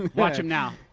watch it now.